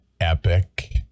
epic